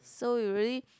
so you really